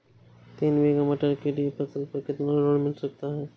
तीन बीघा मटर के लिए फसल पर कितना लोन मिल सकता है?